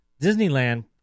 Disneyland